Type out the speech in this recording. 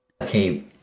Okay